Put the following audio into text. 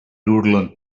doodle